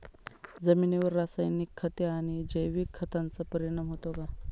जमिनीवर रासायनिक खते आणि जैविक खतांचा परिणाम होतो का?